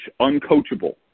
uncoachable